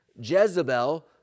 Jezebel